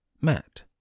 Matt